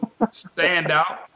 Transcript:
standout